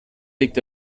liegt